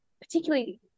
particularly